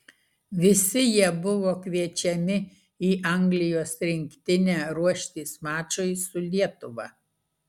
visi jie buvo kviečiami į anglijos rinktinę ruoštis mačui su lietuva